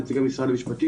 נציגי משרד המשפטים,